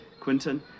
Quinton